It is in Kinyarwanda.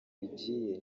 bigiye